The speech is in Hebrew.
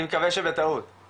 אני יכול לראות מי נמצא איתנו פה?